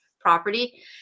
property